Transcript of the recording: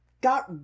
got